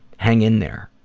hang in there.